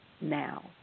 now